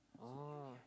oh